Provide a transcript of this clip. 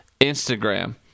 Instagram